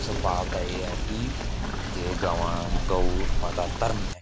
उस पाप दा एह् ऐ कि जे गवां गौ माता दा धर्म ऐ